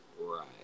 right